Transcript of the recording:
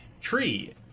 tree